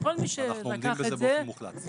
אנחנו עומדים בזה באופן מוחלט.